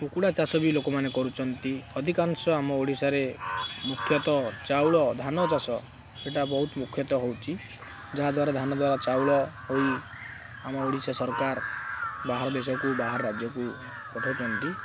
କୁକୁଡ଼ା ଚାଷ ବି ଲୋକମାନେ କରୁଛନ୍ତି ଅଧିକାଂଶ ଆମ ଓଡ଼ିଶାରେ ମୁଖ୍ୟତଃ ଚାଉଳ ଧାନ ଚାଷ ସେଟା ବହୁତ ମୁଖ୍ୟତଃ ହେଉଛି ଯାହାଦ୍ୱାରା ଧାନ ଦ୍ୱାରା ଚାଉଳ ହୋଇ ଆମ ଓଡ଼ିଶା ସରକାର ବାହାର ଦେଶକୁ ବାହାର ରାଜ୍ୟକୁ ପଠାଉଛନ୍ତି